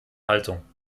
haltung